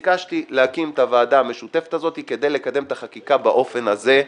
ביקשתי להקים את הוועדה המשותפת הזאת כדי לקדם את החקיקה באופן הזה,